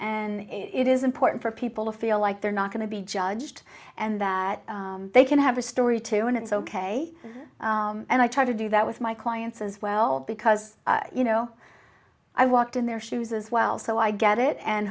and it is important for people to feel like they're not going to be judged and that they can have a story too and it's ok and i try to do that with my clients as well because you know i walked in their shoes as well so i get it and